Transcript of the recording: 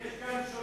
כן.